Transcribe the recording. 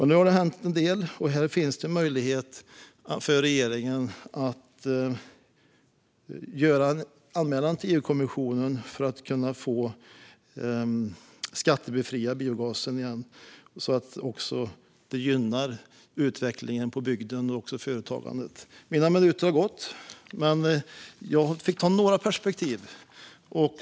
Nu har det hänt en del, och här finns möjlighet för regeringen att göra en anmälan till EU-kommissionen för att kunna få skattebefriad biogas igen så att det gynnar utvecklingen och företagandet på landsbygden. Mina minuter har gått, men jag fick ta upp några perspektiv.